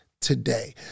today